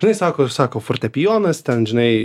žinai sako sako fortepijonas ten žinai